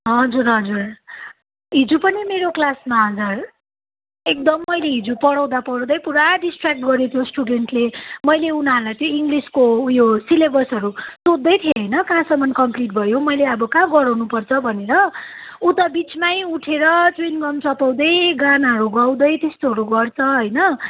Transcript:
हजुर हजुर हिजो पनि मेरो क्लासमा हजुर एकदम मैले हिजो पढाउँदा पढाउँदै पुरा डिस्ट्र्याक्ट गऱ्यो त्यो स्टुडेन्टले मैले उनीहरूलाई त्यो इङ्ग्लिसको उयो सिलेबसहरू सोद्धै थिएँ होइन कहाँसम्म कम्प्लिट भयो मैले अब कहाँ गराउनु पर्छ भनेर ऊ त बिचमै उठेर चुइङ् गम चपाउँदै गानाहरू गाउँदै त्यस्तोहरू गर्छ होइन